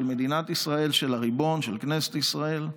של מדינת ישראל, של הריבון, של כנסת ישראל,